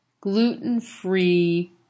gluten-free